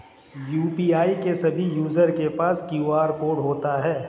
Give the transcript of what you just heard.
UPI के सभी user के पास क्यू.आर कोड होता है